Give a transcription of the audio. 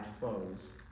foes